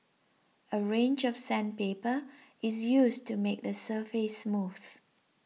a range of sandpaper is used to make the surface smooth